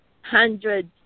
hundreds